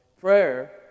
Prayer